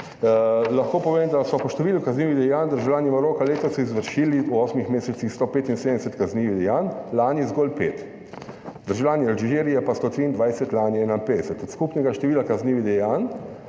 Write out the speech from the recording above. lahko povem, da so po številu kaznivih dejanj državljani Maroka letos izvršili v 8 mesecih 175 kaznivih dejanj, lani zgolj pet, državljani Alžirije pa 123, lani 51. Od skupnega števila kaznivih dejanj